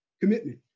commitment